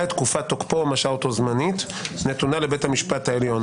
את תקופת תוקפו או משהה אותו זמנית נתונה לבית המשפט העליון.